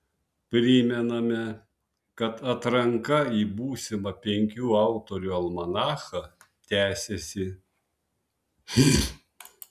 primename kad atranka į būsimą penkių autorių almanachą tęsiasi